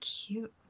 cute